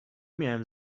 miałem